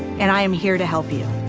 and i'm here to help you.